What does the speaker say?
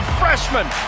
freshman